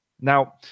Now